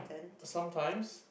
sometimes